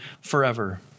forever